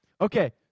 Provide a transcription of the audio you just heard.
Okay